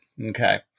Okay